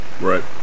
Right